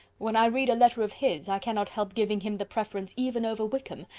when i read a letter of his, i cannot help giving him the preference even over wickham,